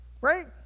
right